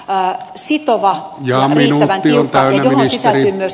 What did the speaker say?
ja sitovaa ja amerilta tilaltaan lisää myös